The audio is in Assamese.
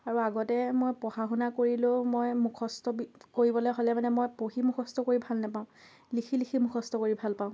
আৰু আগতে মই পঢ়া শুনা কৰিলেও মই মুখস্থ কৰিবলৈ হ'লে মানে মই পঢ়ি মুখস্থ কৰি ভাল নাপাওঁ লিখি লিখি মুখস্থ কৰি ভালপাওঁ